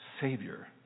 Savior